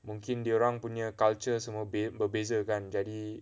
mungkin dia orang punya culture semua berbeza kan jadi